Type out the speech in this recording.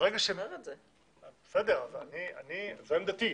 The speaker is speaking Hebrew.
זו עמדתי,